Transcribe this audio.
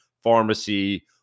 pharmacy